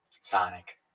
Sonic